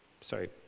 sorry